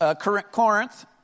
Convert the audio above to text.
Corinth